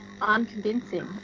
unconvincing